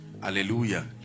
hallelujah